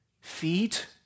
feet